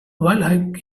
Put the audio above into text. while